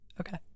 Okay